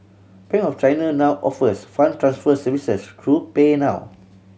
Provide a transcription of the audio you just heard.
Bank of China now offers funds transfer services through PayNow